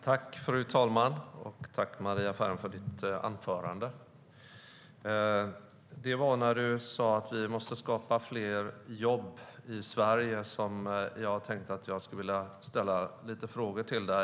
Fru talman! Jag tackar Maria Ferm för hennes anförande. Det var när du sa att vi måste skapa fler jobb i Sverige, Maria Ferm, som jag tänkte att jag skulle vilja ställa lite frågor till dig.